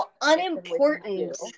unimportant